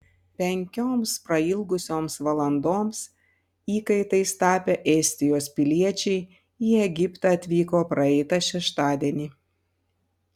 penkioms prailgusioms valandoms įkaitais tapę estijos piliečiai į egiptą atvyko praeitą šeštadienį